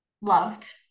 loved